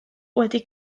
wedi